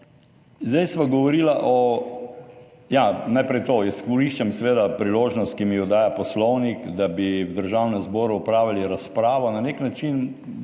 smeh v dvorani/ Najprej to, izkoriščam seveda priložnost, ki mi jo daje Poslovnik, da bi v Državnem zboru opravili razpravo, na nek način